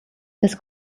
das